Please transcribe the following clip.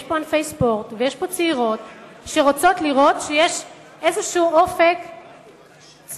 יש ענפי ספורט ויש צעירות שרוצות לראות איזה אופק יציב,